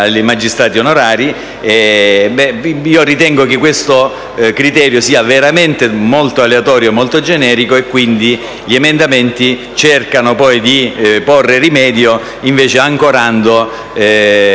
magistrati onorari. Ritengo che questo criterio sia veramente molto aleatorio e generico e, quindi, gli emendamenti cercano di porre rimedio ancorando